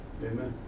Amen